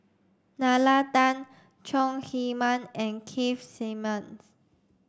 Nalla Tan Chong Heman and Keith Simmons